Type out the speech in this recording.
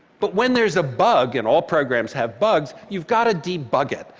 but when there's a bug, and all programs have bugs, you've got to de-bug it.